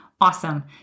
awesome